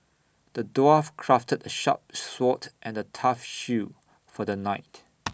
the dwarf crafted A sharp sword and A tough shield for the knight